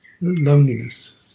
loneliness